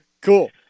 Cool